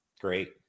great